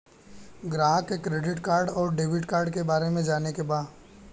ग्राहक के credit card और डेविड कार्ड के बारे में जाने के बा?